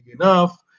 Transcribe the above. enough